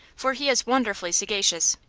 for he is wonderfully sagacious.